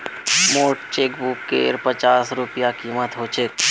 मोटे चेकबुकेर पच्चास रूपए कीमत ह छेक